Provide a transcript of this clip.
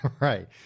right